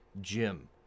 Jim